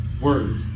word